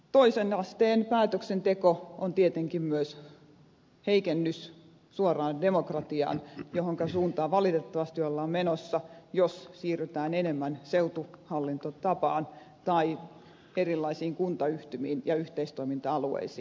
toisen asteen päätöksenteko on tietenkin myös heikennys suoraan demokratiaan mihinkä suuntaan valitettavasti ollaan menossa jos siirrytään enemmän seutuhallintotapaan tai erilaisiin kuntayhtymiin ja yhteistoiminta alueisiin